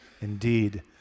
indeed